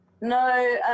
No